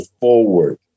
forward